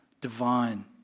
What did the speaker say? divine